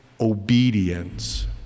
obedience